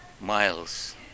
Miles